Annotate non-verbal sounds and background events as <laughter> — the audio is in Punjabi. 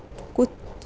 <unintelligible>